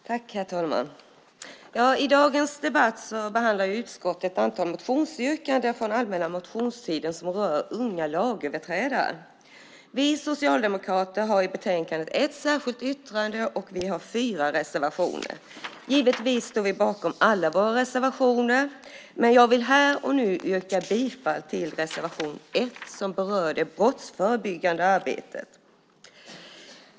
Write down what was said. Herr talman! I dagens debatt behandlar utskottet ett antal motionsyrkanden från allmänna motionstiden som rör unga lagöverträdare. Vi socialdemokrater har i betänkandet ett särskilt yttrande och fyra reservationer. Givetvis står vi bakom alla våra reservationer, men jag vill här och nu yrka bifall till reservation 1 som berör det brottsförebyggande arbetet.